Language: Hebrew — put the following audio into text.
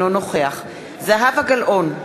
אינו נוכח זהבה גלאון,